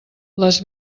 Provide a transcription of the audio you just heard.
les